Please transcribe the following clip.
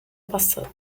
passando